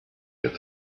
get